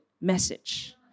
message